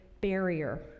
barrier